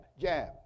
jab